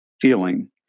feeling